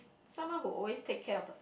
someone who always take care of the